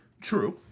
True